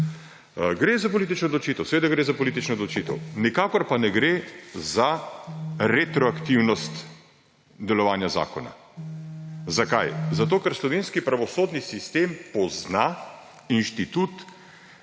Gre za politično odločitev. Seveda gre za politično odločite. Nikakor pa ne gre za retroaktivnost delovanja zakona. Zakaj? Zato ker slovenski pravosodni sitem pozna institut